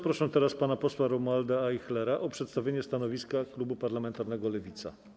Proszę teraz pana posła Romualda Ajchlera o przedstawienie stanowiska klubu parlamentarnego Lewica.